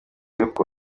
y’uko